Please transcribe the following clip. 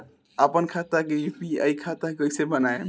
आपन खाता के यू.पी.आई खाता कईसे बनाएम?